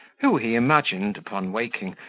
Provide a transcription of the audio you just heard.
who, he imagined, upon waking,